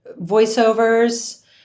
voiceovers